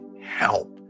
help